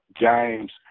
James